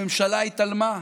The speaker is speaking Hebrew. הממשלה התעלמה.